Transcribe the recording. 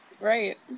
Right